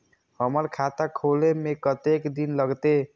हमर खाता खोले में कतेक दिन लगते?